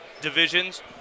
Divisions